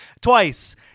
twice